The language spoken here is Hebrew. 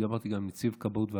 ודיברתי גם עם נציב כבאות והצלה,